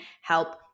help